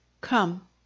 come